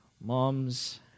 moms